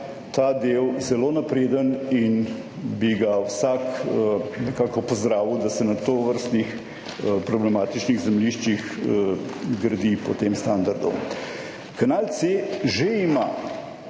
ta del zelo napreden in bi ga vsak nekako pozdravil, da se na tovrstnih problematičnih zemljiščih gradi po tem standardu. Kanal C že ima